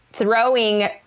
throwing